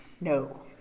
No